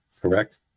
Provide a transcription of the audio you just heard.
correct